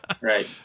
right